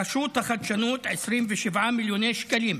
רשות החדשנות, 27 מיליוני שקלים,